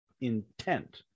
intent